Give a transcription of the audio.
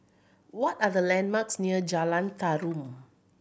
what are the landmarks near Jalan Tarum